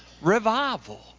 revival